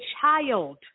child